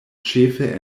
ĉefe